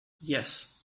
yes